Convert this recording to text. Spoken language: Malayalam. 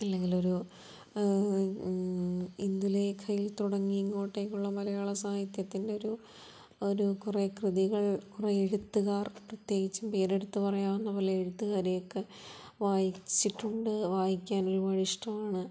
അല്ലെങ്കിൽ ഒരു ഇന്ദുലേഖയിൽ തുടങ്ങി ഇങ്ങോട്ടേയ്ക്കുള്ള മലയാള സാഹിത്യത്തിൻ്റെ ഒരു ഒരു കുറേ കൃതികൾ കുറേ എഴുത്തുകാർ പ്രത്യേകിച്ചും പേരെടുത്ത് പറയാവുന്ന പല എഴുത്തുകാരെയെക്കെ വായിച്ചിട്ടുണ്ട് വായിക്കാൻ ഒരുപാട് ഇഷ്ടമാണ്